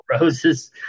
roses